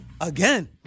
Again